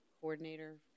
coordinator